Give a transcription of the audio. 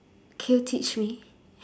can you teach me